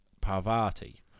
Parvati